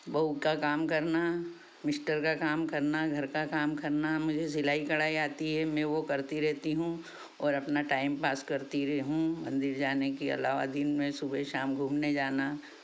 बहू का काम करना मिस्टर का काम करना घर का काम करना मुझे सिलाई कढ़ाई आती है मैं वो करती रहती हूँ और अपना टाइम पास करती र हूँ मंदिर जाने के अलावा दिन में सुबह शाम घूमने जाना